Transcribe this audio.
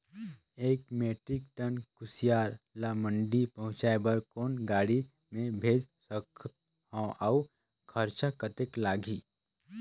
एक metric ton कुसियार ल मंडी पहुंचाय बर कौन गाड़ी मे भेज सकत हव अउ खरचा कतेक लगही?